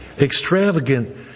extravagant